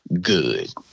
good